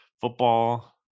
football